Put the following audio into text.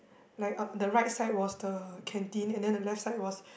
like or the right side was the canteen and then the left side was